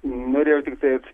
norėjau tiktais